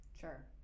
sure